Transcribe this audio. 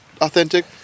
authentic